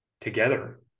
together